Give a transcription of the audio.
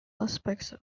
aspects